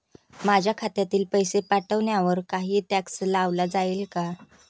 माझ्या खात्यातील पैसे पाठवण्यावर काही टॅक्स लावला जाईल का?